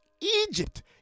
Egypt